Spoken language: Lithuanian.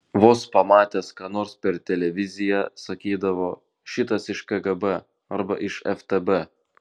vos pamatęs ką nors per televiziją sakydavo šitas iš kgb arba iš ftb